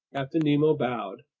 captain nemo bowed.